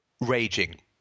raging